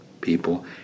people